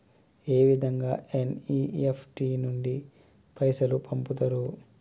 ఏ విధంగా ఎన్.ఇ.ఎఫ్.టి నుండి పైసలు పంపుతరు?